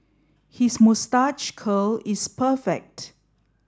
his moustache curl is perfect